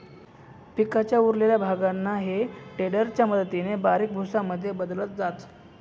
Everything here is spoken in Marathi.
पिकाच्या उरलेल्या भागांना हे टेडर च्या मदतीने बारीक भुसा मध्ये बदलल जात